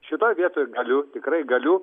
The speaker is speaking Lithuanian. šitoj vietoj galiu tikrai galiu